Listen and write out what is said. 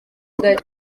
kigali